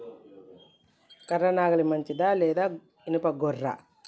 కర్ర నాగలి మంచిదా లేదా? ఇనుప గొర్ర?